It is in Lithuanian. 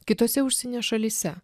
kitose užsienio šalyse